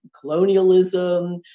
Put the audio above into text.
colonialism